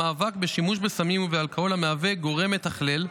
המאבק בשימוש בסמים ובאלכוהול המהווה גורם מתכלל,